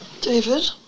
David